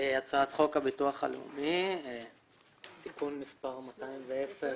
הצעת חוק הביטוח הלאומי (תיקון מס' 210)